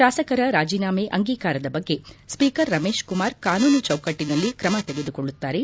ಶಾಸಕರ ರಾಜೀನಾಮೆ ಅಂಗೀಕಾರದ ಬಗ್ಗೆ ಸ್ವೀಕರ್ ರಮೇಶ್ ಕುಮಾರ್ ಕಾನೂನು ಚೌಕಟ್ಟನಲ್ಲಿ ಕ್ರಮ ತೆಗೆದುಕೊಳ್ಳುತ್ತಾರೆ